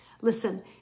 Listen